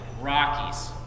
Rockies